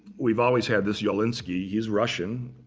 we've always had this jawlensky. he's russian.